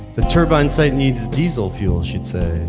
the turbine site needs diesel fuel, she'd say,